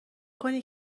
کنی